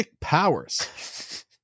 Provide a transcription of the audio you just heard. powers